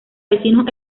vecinos